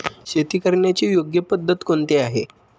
शेती करण्याची योग्य पद्धत कोणती आहे?